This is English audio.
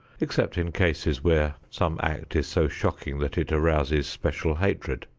except in cases where some act is so shocking that it arouses special hatred,